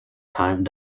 time